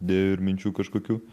idėjų ir minčių kažkokių